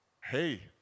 hey